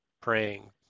praying